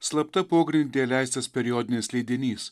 slapta pogrindyje leistas periodinis leidinys